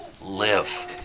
live